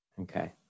Okay